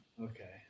Okay